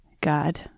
God